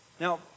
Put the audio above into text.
Now